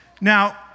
Now